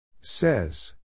Says